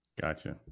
Gotcha